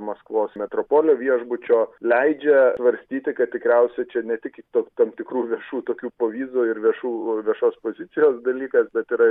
maskvos metropolio viešbučio leidžia svarstyti kad tikriausiai čia ne tik to tam tikrų viešų tokių pavydo ir viešų viešos pozicijos dalykas bet yra